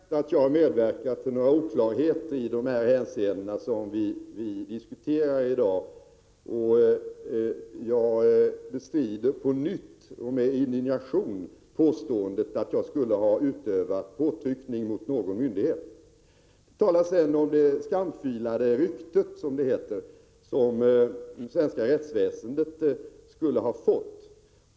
Herr talman! Jag bestrider bestämt att jag har medverkat till någon oklarhet i de hänseenden som vi diskuterar i dag, och jag bestrider på nytt och med indignation påståendet att jag skulle ha utövat påtryckningar mot någon — Prot. 1986/87:98 myndighet. 31 mars 1987 Här talas om det ”skamfilade rykte” som det svenska rättsväsendet skulle ha fått.